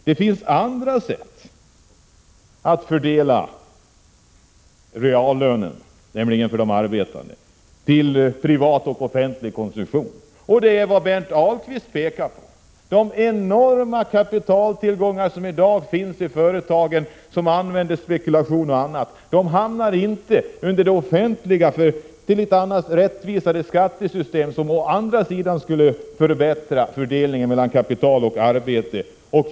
Det finns andra sätt att fördela reallönen — för de arbetande -— till privat och offentlig konsumtion. Berndt Ahlqvist har pekat på detta. De enorma kapitaltillgångar som i dag finns i företagen och som används till spekulation och annat gynnar inte det offentliga. Vid ett rättvisare skattesystem skulle fördelningen mellan kapital och arbete förbättras.